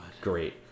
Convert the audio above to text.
great